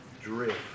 drift